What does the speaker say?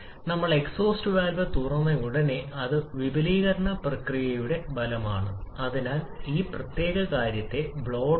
ഇത് നമ്മളുടെ പക്കലുള്ള ഒരു ഡയഗ്രമാണ് തിരശ്ചീന അക്ഷത്തിലെ കംപ്രഷൻ അനുപാതവും ലംബ അക്ഷത്തിലെ താപ കാര്യക്ഷമതയും